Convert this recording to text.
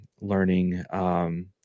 learning